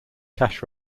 cash